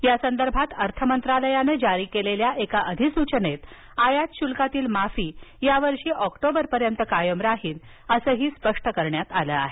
या संदर्भात अर्थ मंत्रालयानं जारी केलेल्या एका अधिसूचनेत आयात शुल्कातील माफी या वर्षी ऑक्टोबरपर्यंत कायम राहील असं स्पष्ट केलं आहे